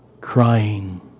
crying